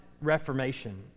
reformation